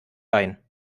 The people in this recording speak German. bein